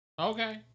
Okay